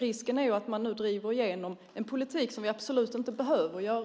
Risken är att man nu driver igenom en politik som vi absolut inte behöver.